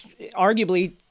arguably